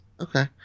okay